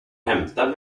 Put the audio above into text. hämta